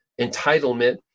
entitlement